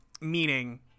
meaning